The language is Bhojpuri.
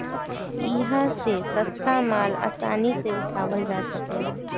इहा से सस्ता माल आसानी से उठावल जा सकेला